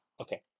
Okay